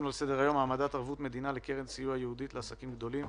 העמדת ערבות מדינה לקרן סיוע ייעודית לעסקים גדולים